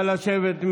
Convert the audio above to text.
נא לשבת.